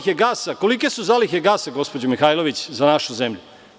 Kolike su zalihe gasa, gospođo Mihajlović, za našu zemlju?